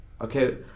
okay